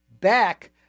back